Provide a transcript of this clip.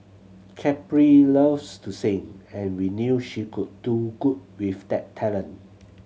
Capri loves to sing and we knew she could do good with that talent